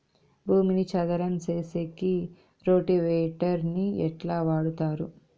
భూమిని చదరం సేసేకి రోటివేటర్ ని ఎట్లా వాడుతారు?